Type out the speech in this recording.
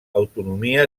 autonomia